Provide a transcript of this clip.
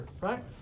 right